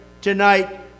tonight